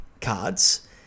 cards